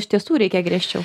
iš tiesų reikia griežčiau